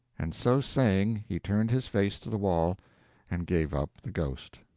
and so saying he turned his face to the wall and gave up the ghost.